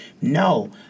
No